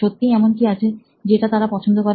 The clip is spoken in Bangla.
সত্যিই এমন কি আছে যেটা তারা পছন্দ করে